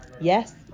yes